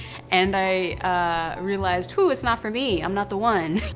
and i ah realized, hoo it's not for me. i'm not the one.